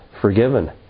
forgiven